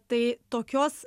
tai tokios